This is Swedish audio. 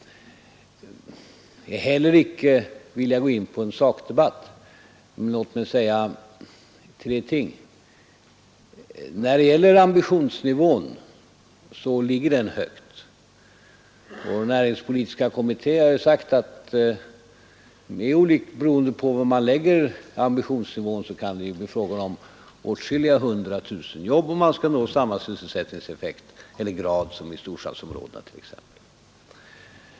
Jag vill icke heller gå in på någon sakdebatt. Men låt mig ändå säga några saker. Ambitionsnivån ligger högt. Inför näringspolitiska kommittén har jag sagt att det beroende på var man lägger ambitionsnivån kan bli fråga om att skapa åtskilliga hundratusen jobb om man skall nå samma sysselsättningsgrad som t.ex. i storstadsområdena.